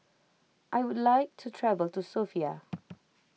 I would like to travel to Sofia